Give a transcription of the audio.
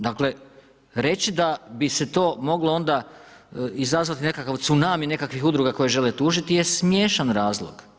Dakle, reći da bi se to moglo onda izazvati nekakav cunami nekakvih udruga koje žele tužiti jest smiješan razlog.